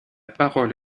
parole